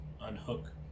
unhook